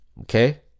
Okay